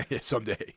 someday